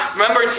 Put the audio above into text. Remember